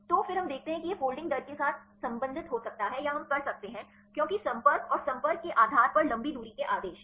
तो फिर हम देखते हैं कि यह फोल्डिंग दर के साथ संबंधित हो सकता है या हम कर सकते हैं क्योंकि संपर्क और संपर्क के आधार पर लंबी दूरी के आदेश